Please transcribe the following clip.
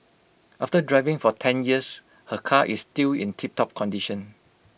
after driving for ten years her car is still in tiptop condition